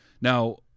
Now